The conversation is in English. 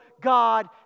God